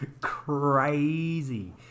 crazy